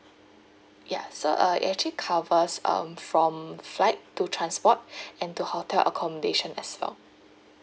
ya so uh it actually covers um from flight to transport and to hotel accommodation as well